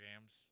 games